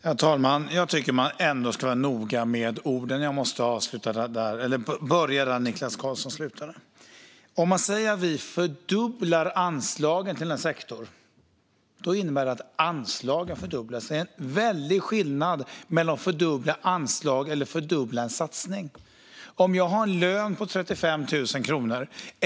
Herr talman! Jag tycker att man ändå ska vara noga med orden. Jag måste börja där Niklas Karlsson slutade. Om man säger att vi fördubblar anslagen till en sektor, då innebär det att anslagen fördubblas. Det är en väldig skillnad mellan att fördubbla anslag eller att fördubbla en satsning. Jag har en lön på 35 000 kronor.